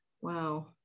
Wow